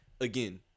again